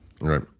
right